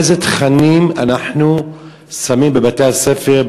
השאלה היא איזה תכנים אנחנו שמים בבתי-הספר,